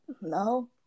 No